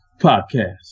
Podcast